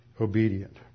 obedient